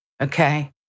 okay